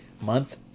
month